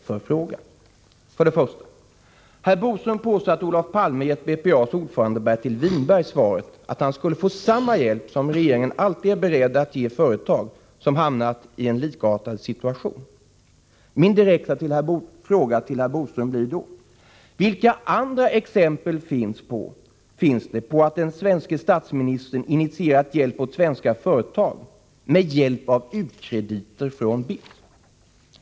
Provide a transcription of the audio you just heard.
Fråga 1: Herr Bodström påstår att Olof Palme gett BPA:s ordförande Bertil Whinberg svaret att han skulle få samma hjälp som regeringen alltid är beredd att ge företag som hamnat i en likartad situation. Min direkta fråga till herr Bodström blir då: Vilka andra exempel finns det på att den svenska statsministern initierat hjälp åt svenska företag med hjälp av u-krediter från BITS?